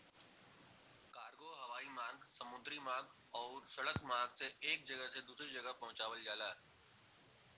cargo हवाई मार्ग समुद्री मार्ग आउर सड़क मार्ग से एक जगह से दूसरे जगह पहुंचावल जाला